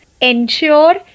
Ensure